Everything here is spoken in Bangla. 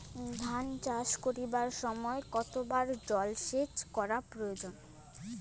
ধান চাষ করিবার সময় কতবার জলসেচ করা প্রয়োজন?